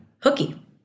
hooky